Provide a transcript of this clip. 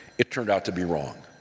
it turned out to be wrong.